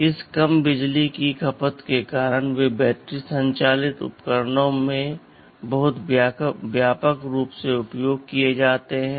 इस कम बिजली की खपत के कारण वे बैटरी संचालित उपकरणों में बहुत व्यापक रूप से उपयोग किए जाते हैं